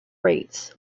rates